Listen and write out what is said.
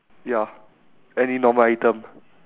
ya any normal item